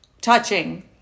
touching